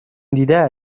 دیده